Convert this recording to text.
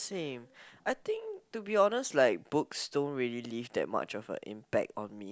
same I think to be honest like books don't really leave that much of a impact on me